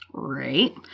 right